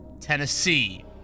Tennessee